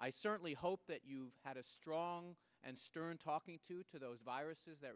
i certainly hope that you had a strong and stern talking to to those viruses that